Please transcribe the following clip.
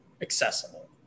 accessible